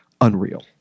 unreal